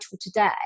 today